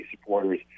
supporters